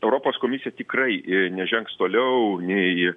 europos komisija tikrai nežengs toliau nei